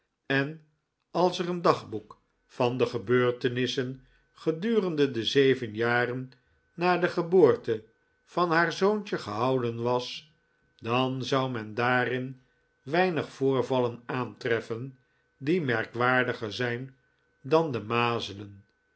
en als er een dagboek van de gebeurtenissen gedurende de zeven jaren na de geboorte van haar zoontje gehouden was dan zou men daarin weinig voorvallen aantreffen die merkwaardiger zijn dan de mazelen